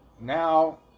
now